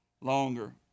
longer